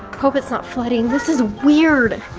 hope it's not flooding. this is weird.